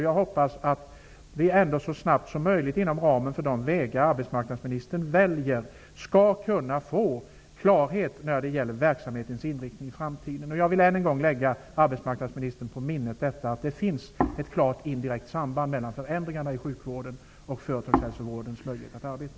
Jag hoppas att vi så snabbt som möjligt, inom ramen för de vägar som arbetsmarknadsministern väljer, skall kunna få klarhet när det gäller verksamhetens inriktning i framtiden. Jag vill än en gång be arbetsmarknadsministern lägga på minnet att det finns ett klart indirekt samband mellan förändringarna i sjukvården och företagshälsovårdens möjlighet att arbeta.